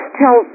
tell